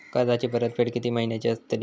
कर्जाची परतफेड कीती महिन्याची असतली?